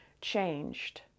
changed